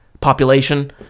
population